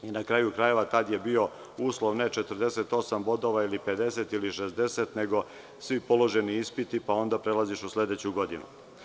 Na kraju krajeva, tada je bio uslov ne 48 ili 50 bodova ili 60, nego svi položeni ispiti pa onda se prelazi u sledeću godinu.